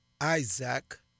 Isaac